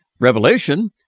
Revelation